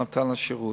למתן השירות.